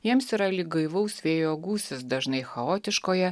jiems yra lyg gaivaus vėjo gūsis dažnai chaotiškoje